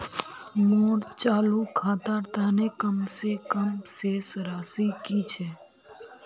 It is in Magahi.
मोर चालू खातार तने कम से कम शेष राशि कि छे?